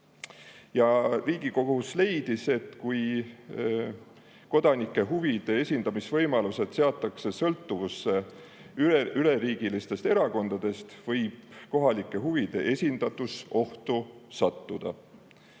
Riigikohus leidis, et kui kodanike huvide esindamise võimalused seatakse sõltuvusse üleriigilistest erakondadest, võib kohalike huvide esindatus ohtu sattuda.